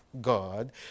God